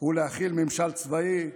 הוא להחיל ממשל צבאי,